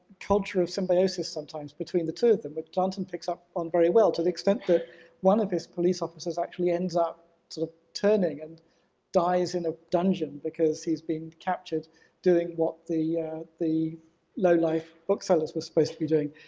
cultural symbiosis sometimes between the two of them which darnton picks up on very well to the extent that one of his police officers actually ends up sort of turning and dies in a dungeon because he's been captured doing what the the low-life booksellers were supposed be doing.